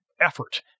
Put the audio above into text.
effort